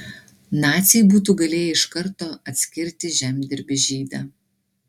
naciai būtų galėję iš karto atskirti žemdirbį žydą